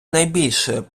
найбільше